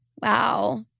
wow